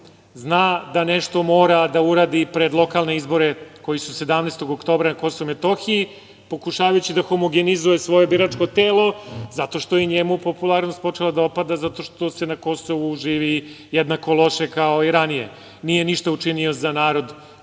zna da nešto mora da uradi pred lokalne izbore koji su 17. oktobra na Kosovu i Metohiji, pokušavajući da homogenizuje svoje biračko telo, zato što je njemu počela popularnost da opada zato što se na Kosovu živi jednako loše kao i ranije. Nije ništa učinio za narod